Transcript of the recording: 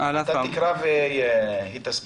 אתה תקרא והיא תסביר.